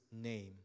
name